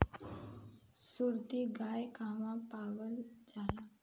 सुरती गाय कहवा पावल जाला?